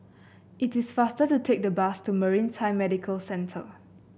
it is faster to take the bus to Maritime Medical Centre